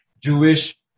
Jewish